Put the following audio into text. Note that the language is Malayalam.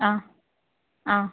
ആ ആ